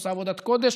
היא עושה עבודת קודש,